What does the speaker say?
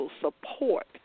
support